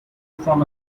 from